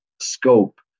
scope